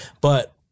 But-